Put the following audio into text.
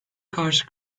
karşı